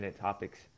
topics